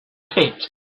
pit